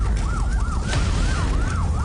(הקרנת סרטון).